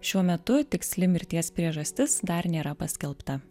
šiuo metu tiksli mirties priežastis dar nėra paskelbta